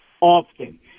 often